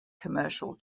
commercial